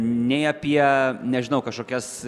nei apie nežinau kažkokias